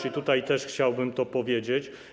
I tutaj też chciałbym to powiedzieć.